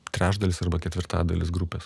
trečdalis arba ketvirtadalis grupės